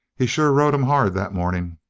he sure rode em hard that morning.